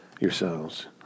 yourselves